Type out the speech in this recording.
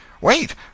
Wait